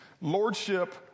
Lordship